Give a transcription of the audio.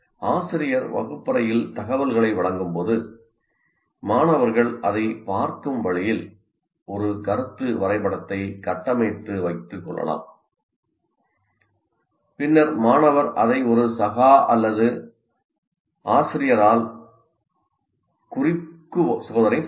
ஆசிரியர் வகுப்பறையில் தகவல்களை வழங்கும்போது மாணவர்கள் அதைப் பார்க்கும் வழியில் ஒரு கருத்து வரைபடத்தை கட்டமைத்து வைத்துக் கொள்ளலாம் பின்னர் மாணவர் அதை ஒரு சகா அல்லது ஆசிரியரால் குறுக்கு சோதனை செய்யலாம்